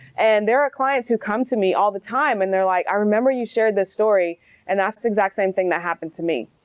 and there are clients who come to me all the time and they're like, i remember you shared this story and that's the exact same thing that happened to me.